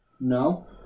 No